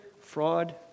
fraud